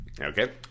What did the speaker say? Okay